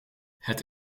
het